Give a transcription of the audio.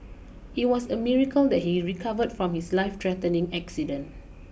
it was a miracle that he recovered from his life threatening accident